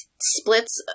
splits